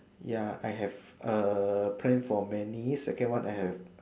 ya I have err plan for many second one I have